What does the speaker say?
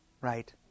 Right